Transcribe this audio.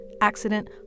accident